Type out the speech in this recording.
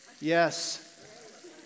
Yes